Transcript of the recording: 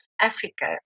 Africa